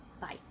Bye